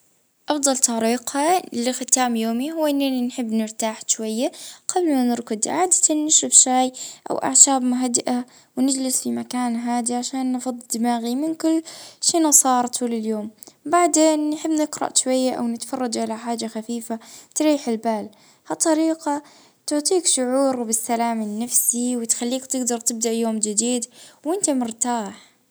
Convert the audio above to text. اه نحب نكمل يومي اه بجعدة هادية نجرا كتاب ولا نشوف فيلم خفيف ومع كوب اه شاي بنعناع يعطيني إحساس بالراحة جبل النوم.